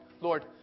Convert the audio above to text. Lord